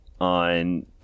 on